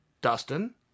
Dustin